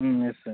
ம் yes sir